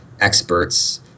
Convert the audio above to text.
experts